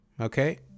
okay